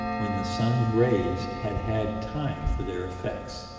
when the sun's rays had had time for their effects